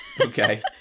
Okay